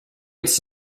its